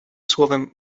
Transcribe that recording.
słowem